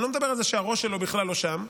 אני לא מדבר על זה שהראש שלו בכלל לא שם.